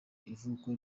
ivuko